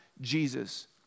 Jesus